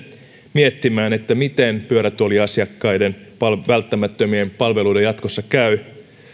miettimään miten pyörätuoliasiakkaiden välttämättömien palveluiden jatkossa käy